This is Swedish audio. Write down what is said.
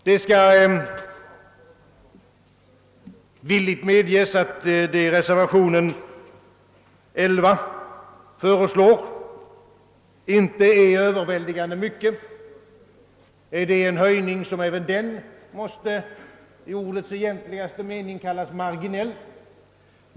Jag skall villigt erkänna, att det som föreslås i reservationen 11 inte är överväldigande; det är en höjning som även den måste kallas marginell.